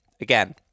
again